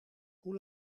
hoe